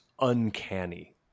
uncanny